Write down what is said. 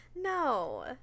No